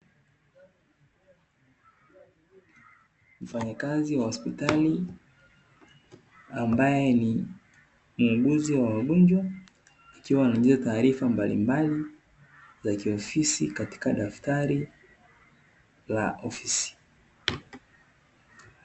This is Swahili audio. Mfanyakazi wa hospitali ambaye ni muuguzi wa wagonjwa akiwa anaingiza taarifa mbalimbali za kiofisi katika daftari la ofisi.